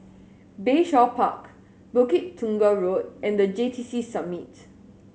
Bayshore Park Bukit Tunggal Road and The J T C Summit